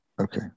Okay